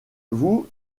vous